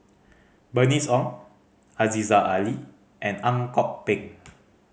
Bernice Ong Aziza Ali and Ang Kok Peng